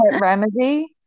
remedy